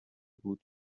بود